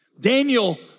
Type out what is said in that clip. Daniel